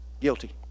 guilty